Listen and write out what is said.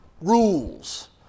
rules